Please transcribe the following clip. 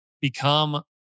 become